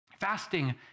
fasting